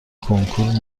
کنکور